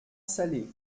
salé